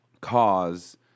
cause